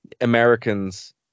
Americans